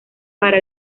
para